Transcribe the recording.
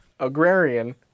agrarian